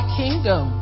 kingdom